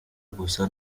gusa